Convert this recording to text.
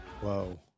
Whoa